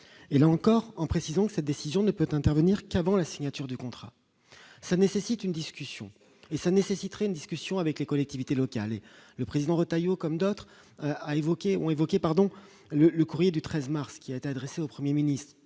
et là encore, en précisant que cette décision ne peut intervenir qu'avant la signature du contrat, ça nécessite une discussion et ça nécessiterait une discussion avec les collectivités locales et le président Retailleau comme d'autres, a évoquer ont évoqué, pardon le le courrier du 13 mars qui a été adressée au 1er ministre